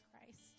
Christ